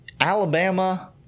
Alabama